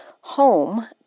home